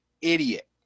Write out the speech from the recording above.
idiot